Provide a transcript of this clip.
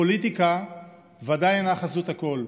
הפוליטיקה ודאי אינה חזות הכול.